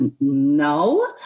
no